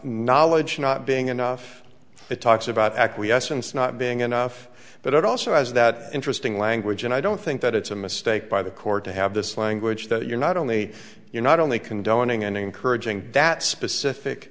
knowledge not being enough it talks about acquiescence not being enough but it also has that interesting language and i don't think that it's a mistake by the court to have this language that you're not only you're not only condoning and encouraging that specific